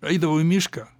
eidavau į mišką